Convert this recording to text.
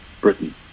Britain